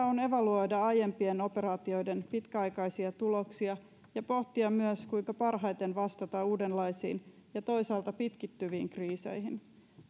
on evaluoida aiempien operaatioiden pitkäaikaisia tuloksia ja pohtia myös kuinka parhaiten vastata uudenlaisiin ja toisaalta pitkittyviin kriiseihin